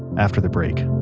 after the break